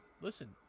listen –